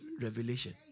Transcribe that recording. revelation